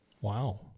Wow